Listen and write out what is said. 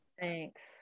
Thanks